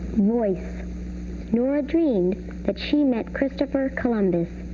norah you know norah dreamed that she met christopher columbus.